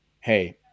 hey